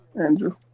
Andrew